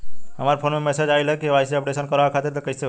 हमरा फोन पर मैसेज आइलह के.वाइ.सी अपडेट करवावे खातिर त कइसे होई?